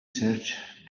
search